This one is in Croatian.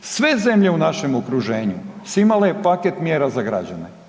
Sve zemlje u našem okruženju su imale paket mjera za građane.